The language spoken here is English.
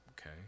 okay